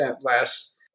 less